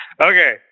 Okay